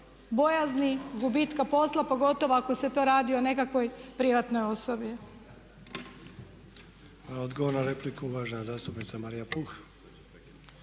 bojazni, gubitka posla, pogotovo ako se to radi o nekakvoj privatnoj osobi.